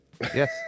yes